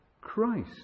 Christ